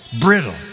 Brittle